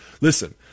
Listen